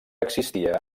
existia